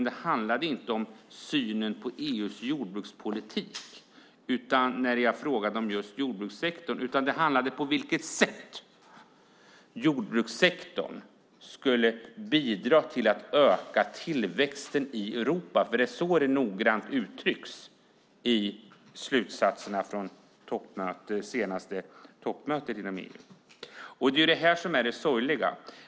När jag frågade om jordbrukssektorn handlade det inte om synen på EU:s jordbrukspolitik, utan det handlade om på vilket sätt jordbrukssektorn kan bidra till att öka tillväxten i Europa, för det är så det noggrant uttrycks i slutsatserna från det senaste toppmötet i EU.